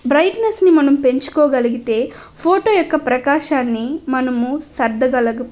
బ్రైట్నెస్ని మనం పెంచుకోగలిగితే ఫోటో యొక్క ప్రకాశాన్ని మనము సర్దగలం